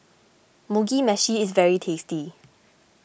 Mugi Meshi is very tasty